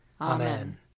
Amen